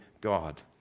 God